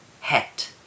hat